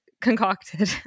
concocted